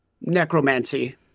necromancy